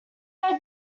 are